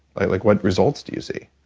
like like what results do you see?